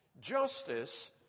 Justice